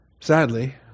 Sadly